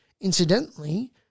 Incidentally